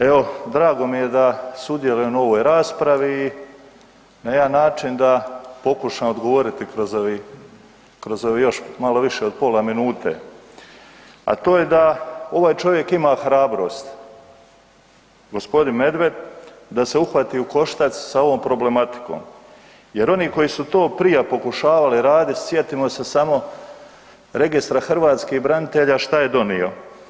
Evo drago mi je da sudjelujem u ovoj raspravi, na jedan način da pokušam odgovoriti kroz ovih malo više od pola minute a to je da ovaj čovjek ima hrabrost, g. Medved da se uhvati u koštac sa ovom problematikom jer oni koji su to prije pokušavali radit, sjetimo se samo Registra hrvatskih branitelja šta je donio.